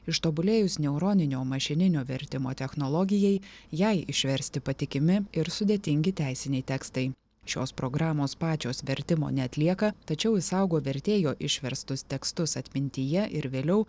ištobulėjus neuroninio mašininio vertimo technologijai jai išversti patikimi ir sudėtingi teisiniai tekstai šios programos pačios vertimo neatlieka tačiau išsaugo vertėjo išverstus tekstus atmintyje ir vėliau